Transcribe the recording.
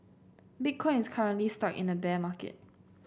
Bitcoin is currently stuck in a bear market